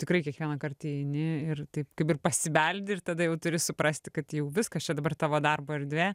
tikrai kiekvienąkart įeini ir taip kaip ir pasibeldi ir tada jau turi suprasti kad jau viskas čia dabar tavo darbo erdvė